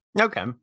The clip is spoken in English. Okay